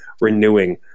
renewing